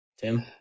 tim